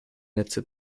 netze